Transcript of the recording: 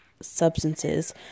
substances